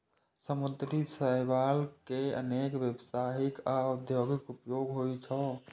समुद्री शैवाल केर अनेक व्यावसायिक आ औद्योगिक उपयोग होइ छै